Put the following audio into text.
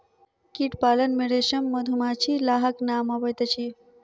कीट पालन मे रेशम, मधुमाछी, लाहक नाम अबैत अछि